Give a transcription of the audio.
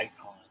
icon